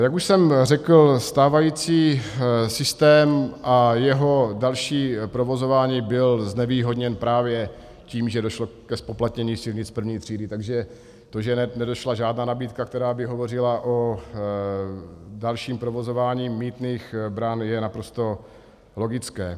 Jak už jsem řekl, stávající systém a jeho další provozování byl znevýhodněn právě tím, že došlo ke zpoplatnění silnic I. třídy, takže to, že nedošla žádná nabídka, která by hovořila o dalším provozování mýtných bran, je naprosto logické.